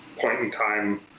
point-in-time